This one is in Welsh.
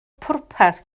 pwrpas